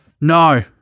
No